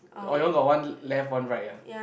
oh you all got one left one right ah